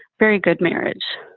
very good marriage